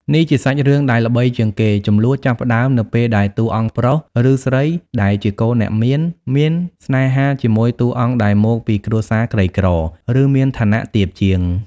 នេះជាសាច់រឿងដែលល្បីជាងគេ ជម្លោះចាប់ផ្ដើមនៅពេលដែលតួអង្គប្រុស ឬស្រីដែលជាកូនអ្នកមាន មានស្នេហាជាមួយតួអង្គដែលមកពីគ្រួសារក្រីក្រ ឬមានឋានៈទាបជាង។